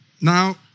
Now